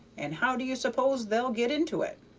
and how do you suppose they'll get into it?